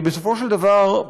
בסופו של דבר,